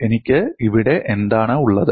എനിക്ക് ഇവിടെ എന്താണ് ഉള്ളത്